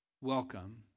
Welcome